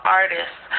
artists